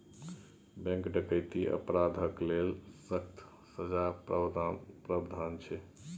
bank डकैतीक अपराध लेल सक्कत सजाक प्राबधान छै